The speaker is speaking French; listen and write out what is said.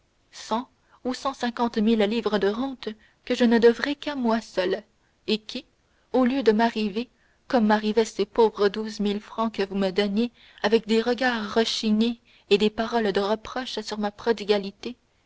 ou cent cinquante mille livres de rente que je ne devrai qu'à moi seule et qui au lieu de m'arriver comme m'arrivaient ces pauvres douze mille francs que vous me donniez avec des regards rechignés et des paroles de reproche sur ma prodigalité